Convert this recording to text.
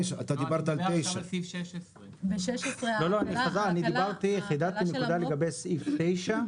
אתה דיברת על 9. אני --- על סעיף 16. אני חידדתי נקודה לגבי סעיף 9,